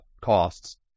costs